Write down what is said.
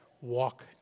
walk